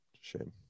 Shame